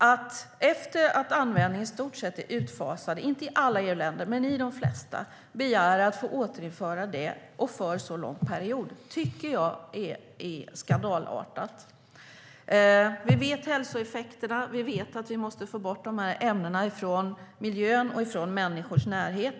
Att man efter att användningen i stort sett är utfasad i de flesta EU-länder, men inte i alla, begär att få återinföra detta och för så lång period tycker jag är skandalartat. Vi känner till hälsoeffekterna, och vi vet att vi måste få bort dessa ämnen från miljön och från människors närhet.